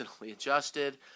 adjusted